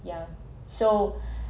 yeah so